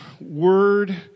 word